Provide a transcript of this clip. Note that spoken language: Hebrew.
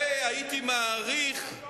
אולי אדוני ידבר על התוכן של התקציב?